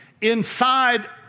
inside